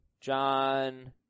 John